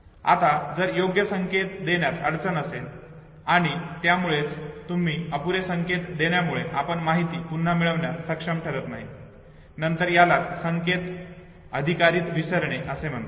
आता जर तेथे योग्य संकेत देण्यात अडचण असेल तर आणि त्यामुळेच तुम्ही अपुरे संकेत असल्यामुळे आपण माहिती पुन्हा मिळवण्यात सक्षम ठरत नाही नंतर यालाच संकेत आधारित विसरणे असे म्हणतात